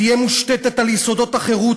תהא מושתתת על יסודות החירות,